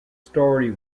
story